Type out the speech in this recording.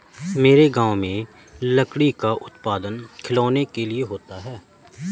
मेरे गांव में लकड़ी का उत्पादन खिलौनों के लिए होता है